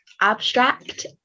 abstract